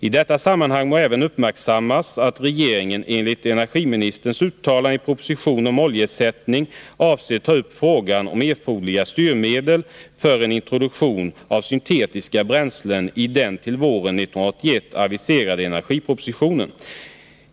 I detta sammanhang må även uppmärksammas att regeringen enligt energiministerns uttalande i propositionen om oljeersättning avser ta upp frågan om erforderliga styrmedel för en introduktion av syntetiska bränslen i den till våren 1981 aviserade energipropositionen.